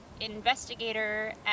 investigator